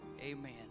amen